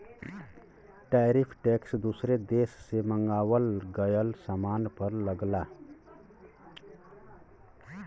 tariff tax दूसर देश से मंगावल गयल सामान पर लगला